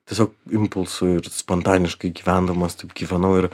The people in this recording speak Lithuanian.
tiesiog impulsui ir spontaniškai gyvendamas taip gyvenau ir